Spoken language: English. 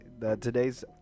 Today's